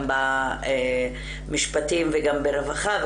גם במשפטים וגם ברווחה,